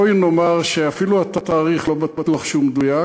בואי נאמר שאפילו התאריך, לא בטוח שהוא מדויק.